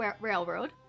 Railroad